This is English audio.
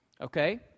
okay